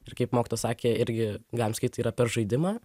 ir kaip mokytojas sakė irgi galima sakyt tai yra per žaidimą